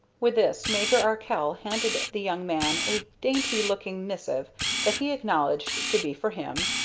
with this major arkell handed the young man a dainty-looking missive that he acknowledged to be for him,